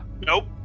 Nope